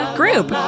group